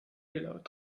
laut